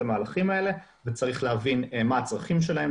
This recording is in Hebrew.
המהלכים האלה וצריך להבין מה הצרכים שלהן,